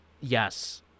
Yes